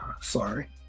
Sorry